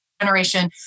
generation